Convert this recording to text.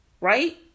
right